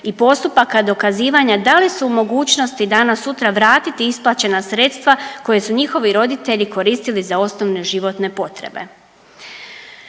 i postupaka dokazivanja da li u mogućnosti danas sutra vratiti isplaćena sredstva koje su njihovi roditelji koristili za osnovne životne potrebe.